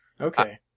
Okay